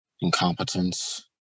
incompetence